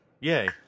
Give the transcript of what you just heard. Yay